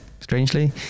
strangely